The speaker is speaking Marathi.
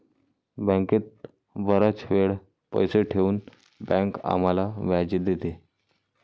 बँकेत बराच वेळ पैसे ठेवून बँक आम्हाला व्याज देते